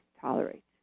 tolerate